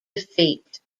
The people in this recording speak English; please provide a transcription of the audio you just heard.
defeat